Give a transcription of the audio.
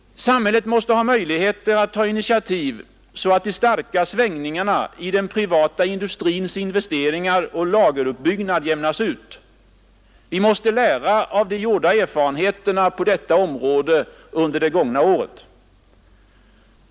Samhället måste ha möjligheter att ta initiativ, så att de starka svängningarna i den privata industrins investeringar och lageruppbyggnad jämnas ut. Vi måste lära av de gjorda erfarenheterna på detta område under det gångna året.